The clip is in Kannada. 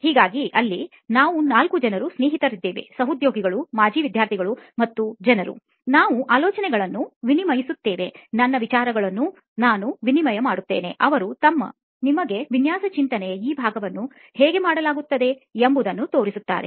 ಹಾಗಾಗಿ ಅಲ್ಲಿ ನಾವು ನಾಲ್ಕು ಜನ ಸ್ನೇಹಿತರಿದ್ದೇವೆ ಸಹೋದ್ಯೋಗಿಗಳು ಮಾಜಿ ವಿದ್ಯಾರ್ಥಿಗಳು ಮತ್ತು ಜನರು ನಾವು ಆಲೋಚನೆಗಳನ್ನು ವಿನಿಮಯಿಸುತ್ತೇವೆ ನನ್ನ ವಿಚಾರಗಳನ್ನು ನಾನು ವಿನಿಮಯ ಮಾಡುತ್ತೇನೆ ಅವರು ನಿಮಗೆ ವಿನ್ಯಾಸ ಚಿಂತನೆಯ ಈ ಭಾಗವನ್ನು ಹೇಗೆ ಮಾಡಲಾಗುತ್ತದೆ ಎಂಬುದನ್ನು ತೋರಿಸುತ್ತಾರೆ